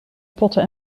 potten